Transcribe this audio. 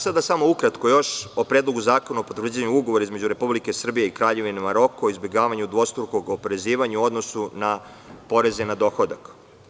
Sada samo još ukratko o Predlogu zakona o potvrđivanju Ugovora između Republike Srbije i Kraljevine Maroko o izbegavanju dvostrukog oporezivanja u odnosu na poreze na dohodak.